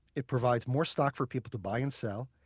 it provides more stock for people to buy and sell,